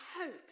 hope